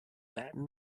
baton